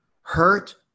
hurt